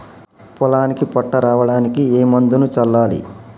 పొలానికి పొట్ట రావడానికి ఏ మందును చల్లాలి?